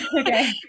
okay